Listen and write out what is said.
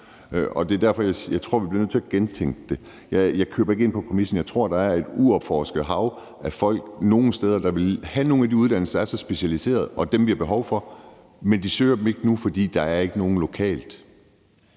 Det er derfor, jeg tror, at vi bliver nødt til at gentænke det. Jeg køber ikke ind på præmissen. Jeg tror, at der nogle steder er et uudforsket hav af folk, der vil have nogle af de uddannelser, der er så specialiserede, og som vi har behov for at folk tager. Men de søger dem ikke nu, fordi der ikke er nogen lokalt.